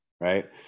right